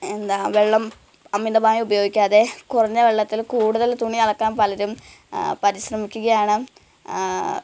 എന്താണ് വെള്ളം അമിതമായി ഉപയോഗിക്കാതെ കുറഞ്ഞ വെള്ളത്തിൽ കൂടുതല് തുണി അലക്കാന് പലരും പരിശ്രമിക്കുകയാണ്